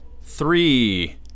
three